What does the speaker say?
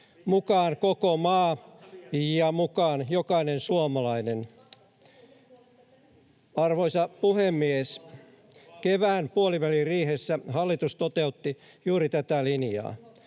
Mukaan koko maa ja mukaan jokainen suomalainen. Arvoisa puhemies! Kevään puoliväliriihessä hallitus toteutti juuri tätä linjaa.